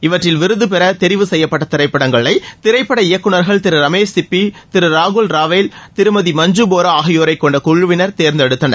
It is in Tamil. இவற்றில் விருதுபெற தெரிவு சுய்யப்பட்ட திரைப்படங்களை திரைப்பட இயக்குநர்கள் திரு ரமேஷ் சிப்பி திரு ராகுல் ராவைல் திருமதி மஞ்சு போரா ஆகியோரைக்கொண்ட குழுவினர் தேர்ந்தெடுத்தனர்